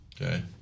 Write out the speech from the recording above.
Okay